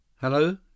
Hello